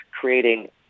creating